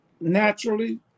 naturally